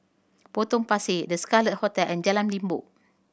Potong Pasir The Scarlet Hotel and Jalan Limbok